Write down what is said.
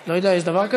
לא יפה.